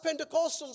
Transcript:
Pentecostals